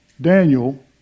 Daniel